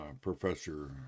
professor